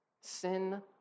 Sin